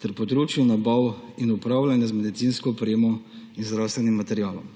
ter področju nabav in upravljanja z medicinsko opremo in zdravstvenim materialom.